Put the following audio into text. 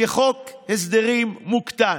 כחוק הסדרים מוקטן.